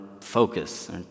focus